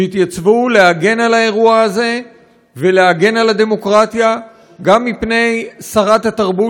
שהתייצבו להגן על האירוע הזה ולהגן על הדמוקרטיה גם מפני שרת התרבות